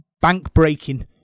bank-breaking